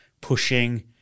pushing